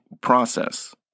process